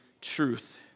truth